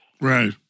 Right